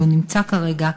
הוא לא נמצא כרגע,